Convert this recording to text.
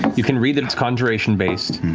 you can read that it's conjuration based,